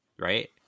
right